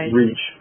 reach